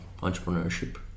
entrepreneurship